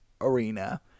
Arena